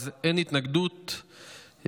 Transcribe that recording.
אין התנגדות,